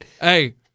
Hey